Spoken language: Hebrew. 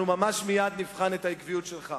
אנחנו ממש מייד נבחן את העקביות שלך.